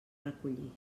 recollir